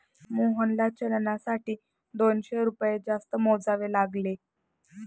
मोहनला चलनासाठी दोनशे रुपये जास्त मोजावे लागले